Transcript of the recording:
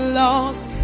lost